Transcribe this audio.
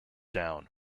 down